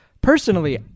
Personally